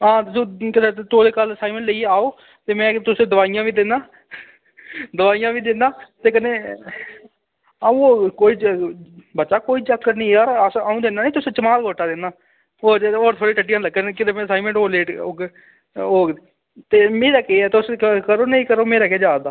हां तुस केह् ना तौले कल असाइनमैंट लेइयै आओ ते में तुसें ई दोआइयां बी दिन्नां दोआइयां बी दिन्नां ते कन्नै अ'ऊं कोई बच्चा कोई चक्कर निं यार अस अ'ऊं दिन्नां निं तुसें ई जमालघोटा दिन्नां होर होर थोह्ड़ियां टट्टियां लग्गन कि जे असाइनमैंट थोह्ड़ा होर लेट होग होग ते मी लग्गी दियां तुस करो निं करो मेरा केह् जा'रदा